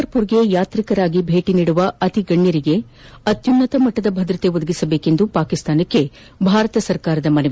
ಕರ್ತಾರ್ಪುರ್ಗೆ ಯಾತ್ರಿಕರಾಗಿ ಭೇಟಿ ನೀದುವ ಅತಿಗಣ್ಯರಿಗೆ ಅತ್ಯುನ್ನತ ಮಟ್ಟದ ಭದ್ರತೆ ಒದಗಿಸುವಂತೆ ಪಾಕಿಸ್ತಾನಕ್ಕೆ ಭಾರತ ಸರ್ಕಾರದ ಮನವಿ